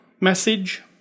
message